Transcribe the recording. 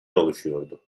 oluşuyordu